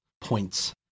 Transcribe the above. points